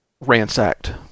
ransacked